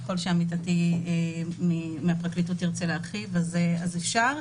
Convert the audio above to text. אפשר להרחיב ככל שעמיתתי מהפרקליטות תרצה.